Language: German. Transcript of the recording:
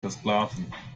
versklaven